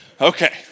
Okay